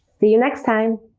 see you next time!